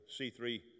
C3